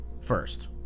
first